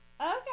okay